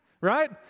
right